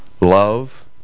love